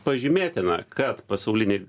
pažymėtina kad pasauliniai